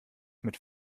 mit